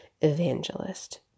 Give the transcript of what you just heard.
evangelist